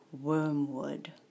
Wormwood